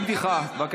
בין כה וכה,